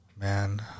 Man